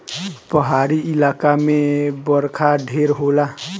पहाड़ी इलाका मे बरखा ढेर होला